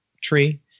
tree